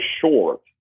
short